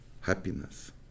happiness